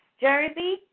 Jersey